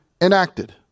enacted